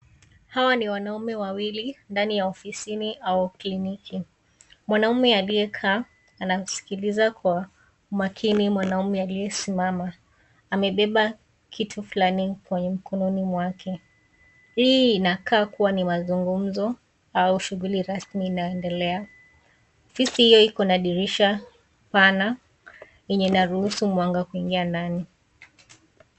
Hawa ni wanaume wawili ndani ya ofisini au kliniki mwanaume aliyekaa anaskiliza kwa makini mwanaume aliyesimama amebeba kitu fulani kwenye mkononi mwake hii inakaa kuwa ni mazungumzo au shughuli rasmi inaendelea, ofisi hiyo iko na dirisha pana yenye inaruhusu mwanga kuingia ndani.